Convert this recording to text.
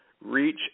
reach